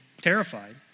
terrified